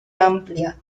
amplia